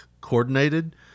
coordinated